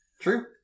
True